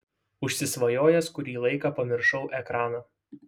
užsisvajojęs kurį laiką pamiršau ekraną